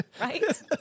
right